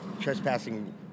trespassing